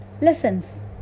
lessons